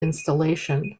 installation